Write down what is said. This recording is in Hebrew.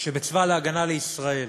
שבצבא ההגנה לישראל,